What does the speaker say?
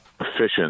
efficient